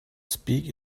speaks